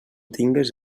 tingues